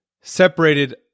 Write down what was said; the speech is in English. separated